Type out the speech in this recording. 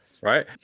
Right